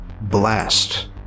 Blast